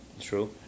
True